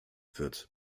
wird